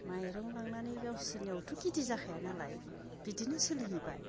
माइरं लांनानै गावसोरनियावथ' खिथि जाखाया नालाय बिदिनो सोलिहैबाय